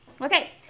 Okay